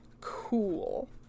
cool